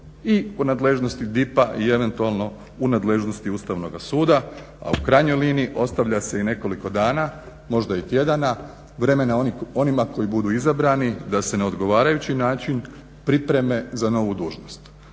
i u nadležnosti DIP-a i eventualno u nadležnosti Ustavnoga suda, a u krajnjoj liniji ostavlja se i nekoliko dana, možda i tjedana vremena onima koji budu izabrani da se na odgovarajući način pripreme za novu dužnost.